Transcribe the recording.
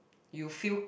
you feel